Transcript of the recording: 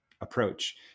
approach